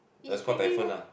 that's called typhoon ah